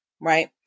right